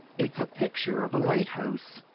it's a picture of a lighthouse.